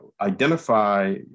identify